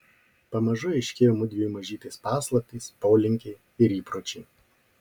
pamažu aiškėjo mudviejų mažytės paslaptys polinkiai ir įpročiai